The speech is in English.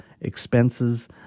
expenses